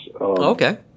Okay